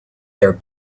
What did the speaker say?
their